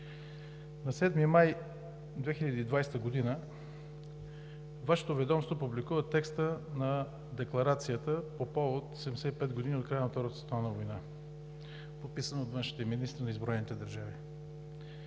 На 7 май 2020 г. Вашето ведомство публикува текста на Декларация по повод 75 години от края на Втората световна война, подписана от външните министри на изброените държави.